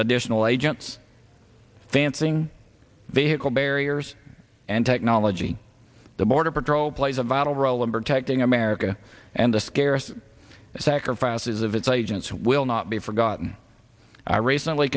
additional agents fancying vehicle barriers and technology the border patrol plays a vital role in protecting america and the scarce sacrifices of its agents will not be forgotten i recently